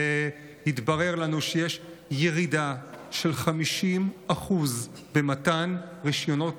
והתברר לנו שיש ירידה של 50% במתן רישיונות